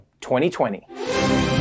2020